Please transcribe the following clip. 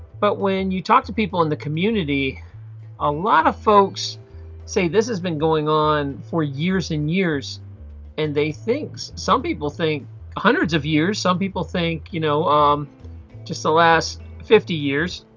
but when you talk to people in the community a lot of folks say this has been going on for years and years and they think some people think hundreds of years. some people think you know um just the last fifty years